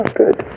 good